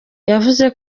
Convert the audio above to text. yavuze